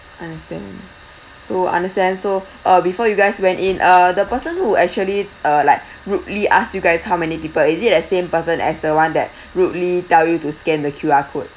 understand so understand so uh before you guys went in uh the person who actually uh like rudely ask you guys how many people is it the same person as the one that rudely tell you to scan the Q_R code